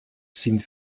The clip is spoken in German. sind